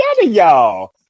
y'all